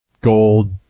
gold